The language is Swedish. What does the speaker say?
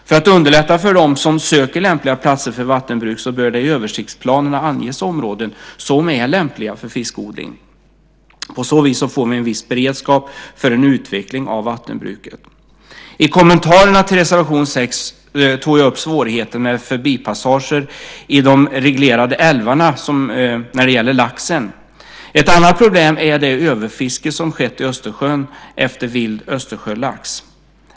För att underlätta för dem som söker lämpliga platser för vattenbruk bör det i översiktsplanerna anges områden som är lämpliga för fiskodling. På så vis får vi en viss beredskap för en utveckling av vattenbruket. I kommentarerna till reservation 6 tog jag upp svårigheten med förbipassager i de reglerade älvarna när det gäller laxen. Ett annat problem är det överfiske som skett i Östersjön efter vild Östersjölax.